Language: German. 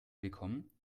bekommen